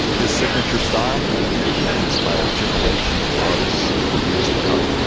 his signature style would inspire generations of artists for years to come